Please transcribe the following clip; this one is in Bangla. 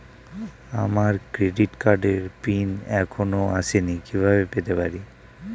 আমার ক্রেডিট কার্ডের পিন এখনো আসেনি কিভাবে পেতে পারি?